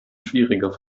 schwieriger